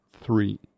three